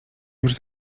już